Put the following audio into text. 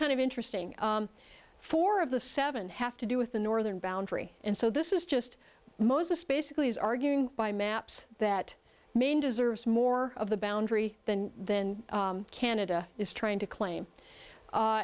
kind of interesting four of the seven have to do with the northern boundary and so this is just moses basically is arguing by maps that maine deserves more of the boundary than then canada is trying to claim